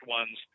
ones